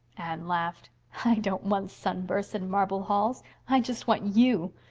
anne laughed. i don't want sunbursts and marble halls. i just want you.